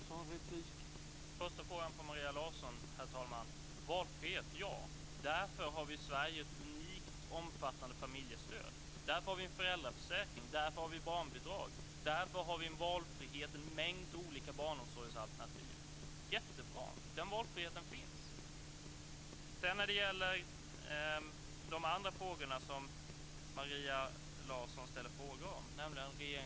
Herr talman! På första frågan från Maria Larsson om valfrihet svarar jag ja. Därför har vi i Sverige ett unikt omfattande familjestöd. Därför har vi en föräldraförsäkring. Därför har vi barnbidrag. Därför har vi en valfrihet i en mängd olika barnomsorgsalternativ. Det är jättebra. Den valfriheten finns. Maria Larsson ställde frågor om Regeringskansliets löner.